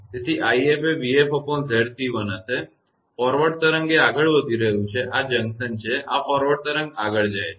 તેથી 𝑖𝑓 એ 𝑣𝑓𝑍𝑐1 હશે ફોરવર્ડ તરંગ તે આગળ વધી રહયું છે આ જંકશન છે અને આ ફોરવર્ડ તરંગ આગળ જાય છે